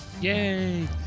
Yay